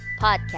podcast